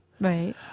right